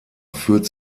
führt